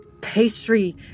pastry